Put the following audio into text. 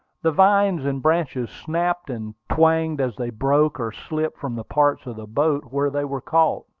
the vines and branches snapped and twanged as they broke or slipped from the parts of the boat where they were caught.